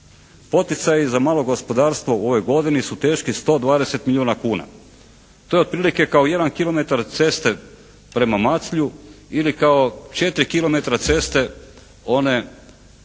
Poticaji za malo gospodarstvo u ovoj godini su teški 120 milijuna kuna. To je otprilike kao jedan kilometar ceste prema Maclju ili kao 4 kilometra ceste one